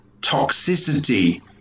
toxicity